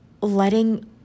letting